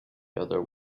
other